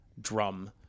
drum